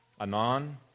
Anon